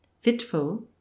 fitful